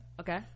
okay